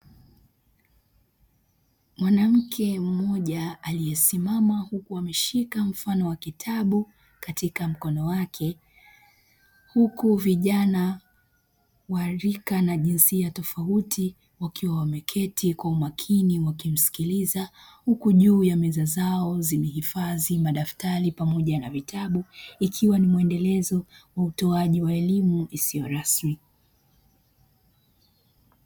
Mwanamke mmoja aliesimama huku ameshika mfano wa kitabu katika mkono wake huku vijana wa rika na jinsia tofauti wakiwa wameketi kwa umakini wakismikiliza, huku juu ya meza zao zimehifadhi madaftari pamoja na vitabu ikiwa ni mwendelezo wa utoaji wa elimu isiyo wazi.